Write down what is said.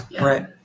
Right